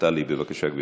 בבקשה, גברתי.